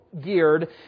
geared